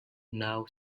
now